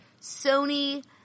sony